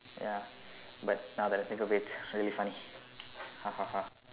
ya but now that I think of it really funny ha ha ha